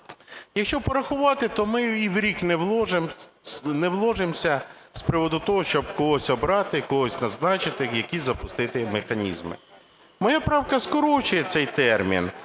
Якщо порахувати, то ми і в рік не вложимося з приводу того, щоб когось обрати, когось назначити, якісь запустити механізми. Моя правка скорочує цей термін